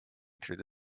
through